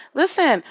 listen